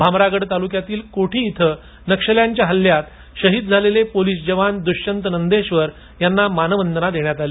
भामरागड तालुक्यातील कोठी इथे नक्षल्यांच्या हल्यात शहीद झालेले पोलिस जवान दुष्यंत नंदेश्वर यांना मानवंदना देण्यात आली